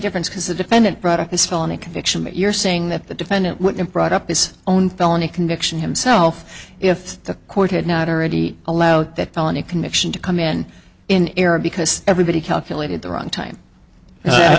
difference because the defendant proud of his felony conviction but you're saying that the defendant would have brought up his own felony conviction himself if the court had not already allowed that felony conviction to come in in error because everybody calculated the wrong time